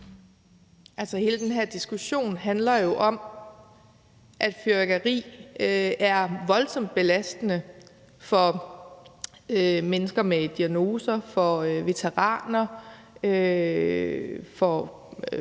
(SF): Hele den her diskussion handler jo om, at fyrværkeri er voldsomt belastende for mennesker med diagnoser, for veteraner, for små